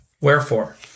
Wherefore